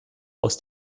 aus